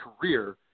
career